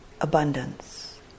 abundance